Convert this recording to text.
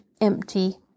empty